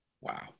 Wow